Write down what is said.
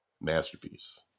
masterpiece